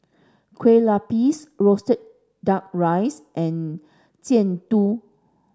Kueh lapis roasted duck rice and Jian Dui